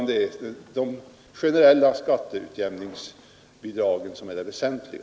De generella skatteutjämningsbidragen är därför det väsentliga.